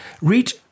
Read